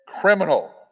criminal